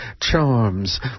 charms